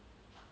oh